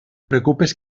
preocupes